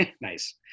Nice